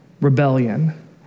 rebellion